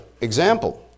example